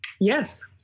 Yes